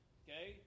okay